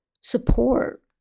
support